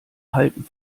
halten